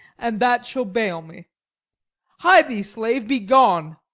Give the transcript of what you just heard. and that shall bail me hie thee, slave, be gone.